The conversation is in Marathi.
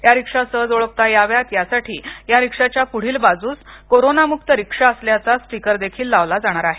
या रिक्षा सहज ओळखता याव्यात यासाठी या रिक्षाच्या पुढील बाजूस कोरोनामुक्त रिक्षा असल्याचा स्टिकरदेखील लावला जाणार आहे